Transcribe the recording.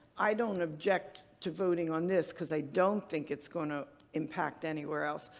i don't object to voting on this because i don't think it's going to impact anywhere else,